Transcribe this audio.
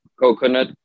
coconut